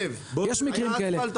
יש מקרים כאלה,